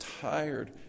tired